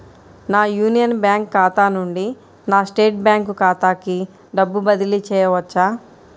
నా Union Bank ఖాతా నుండి నా స్టేట్ బ్యాంకు ఖాతాకి డబ్బు బదిలి చేయవచ్చా?